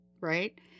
Right